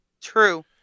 True